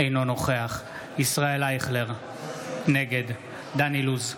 אינו נוכח ישראל אייכלר, נגד דן אילוז,